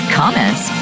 comments